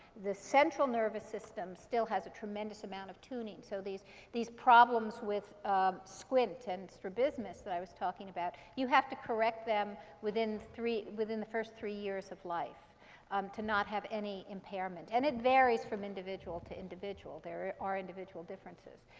the central nervous system still has a tremendous amount of tuning. so these these problems with squint and strabismus that i was talking about, you have to correct them within the first three years of life um to not have any impairment. and it varies from individual to individual. there are individual differences.